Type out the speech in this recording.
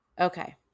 Okay